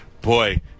Boy